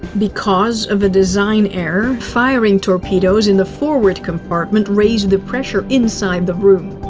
because of a design error, firing torpedoes in the forward compartment raised the pressure inside the room.